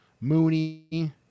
Mooney